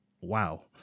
wow